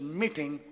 meeting